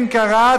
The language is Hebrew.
אם קרה,